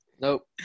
Nope